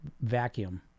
vacuum